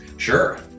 Sure